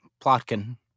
Plotkin